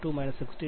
02 - 69